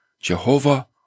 Jehovah